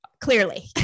clearly